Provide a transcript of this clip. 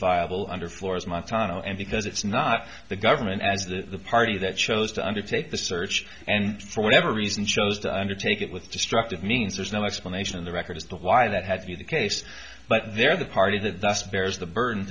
viable under floors matan zero and because it's not the government as the party that chose to undertake the search and for whatever reason chose to undertake it with destructive means there's no explanation in the record as to why that had to be the case but they're the party that that's very is the burden